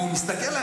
והוא מסתכל,